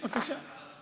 בבקשה.